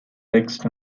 text